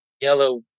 yellow